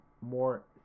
more